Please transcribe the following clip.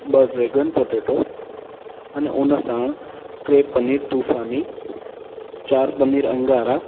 ॿ dragon potato अने उनसां टे पनीर तूफ़ानी चार पनीर अंगारा